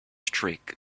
streak